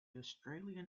australian